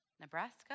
Nebraska